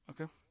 Okay